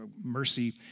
Mercy